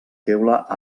teula